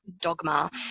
dogma